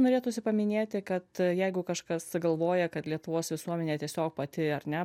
norėtųsi paminėti kad jeigu kažkas galvoja kad lietuvos visuomenė tiesiog pati ar ne